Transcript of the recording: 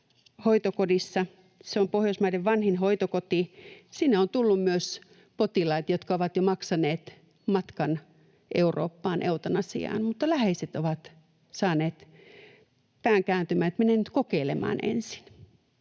se on Pohjoismaiden vanhin hoitokoti — on tullut myös potilaita, jotka ovat jo maksaneet matkan Eurooppaan eutanasiaan, mutta läheiset ovat saaneet pään kääntymään, että mene nyt kokeilemaan ensin.